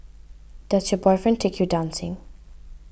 does your boyfriend take you dancing